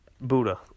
Buddha